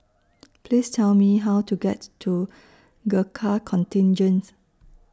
Please Tell Me How to get to Gurkha Contingent